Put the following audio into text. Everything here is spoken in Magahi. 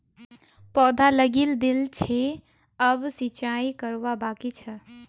पौधा लगइ दिल छि अब सिंचाई करवा बाकी छ